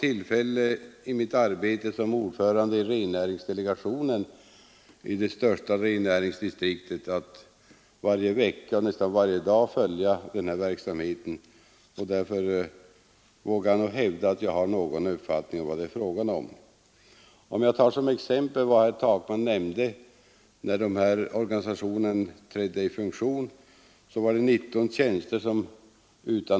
I mitt arbete såsom ordförande i rennäringsdelegationen i det största rennäringsdistriktet, Norrbotten, har jag varje vecka och nästan varje dag tillfälle att följa denna verksamhet. Därför vågar jag hävda att jag har någon uppfattning om vad det gäller. Jag kan ta såsom exempel vad herr Takman nämnde. När denna organisation trädde i funktion utannonserades 19 tjänster.